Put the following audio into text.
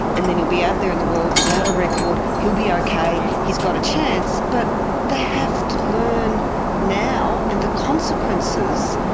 and then he'll be out there in the world without a record, he'll be ok. he's got a chance. but they have to learn now, and the consequences,